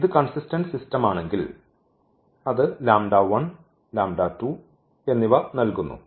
ഇത് consistent system ആണെങ്കിൽ അത് എന്നിവ നൽകുന്നു